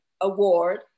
Award